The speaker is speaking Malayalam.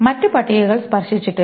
മറ്റ് പട്ടികകൾ സ്പർശിച്ചിട്ടില്ല